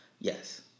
Yes